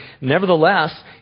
Nevertheless